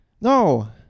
No